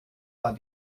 war